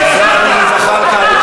חברת הכנסת